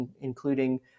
including